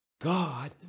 God